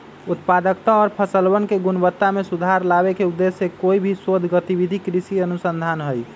उत्पादकता और फसलवन के गुणवत्ता में सुधार लावे के उद्देश्य से कोई भी शोध गतिविधि कृषि अनुसंधान हई